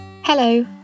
Hello